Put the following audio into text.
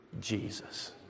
Jesus